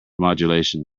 modulation